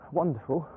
wonderful